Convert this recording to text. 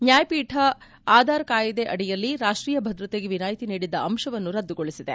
ನ್ನಾಯಪೀಠ ಆಧಾರ್ ಕಾಯಿದೆ ಅಡಿಯಲ್ಲಿ ರಾಷ್ವೀಯ ಭದ್ರತೆಗೆ ವಿನಾಯ್ತಿ ನೀಡಿದ್ದ ಅಂಶವನ್ನು ರದ್ದುಗೊಳಿಸಿದೆ